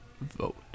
Vote